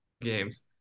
games